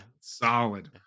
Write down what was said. Solid